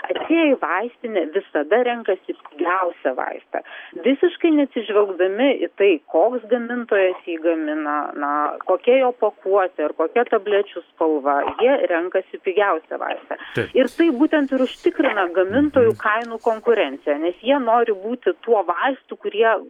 atėję į vaistinę visada renkasi pigiausią vaistą visiškai neatsižvelgdami į tai koks gamintojas jį gamina na kokia jo pakuotė ar kokia tablečių spalva jie renkasi pigiausią vaistą ir tai būtent ir užtikrina gamintojų kainų konkurencija nes jie nori būti tuo vaistu kurie